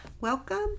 Welcome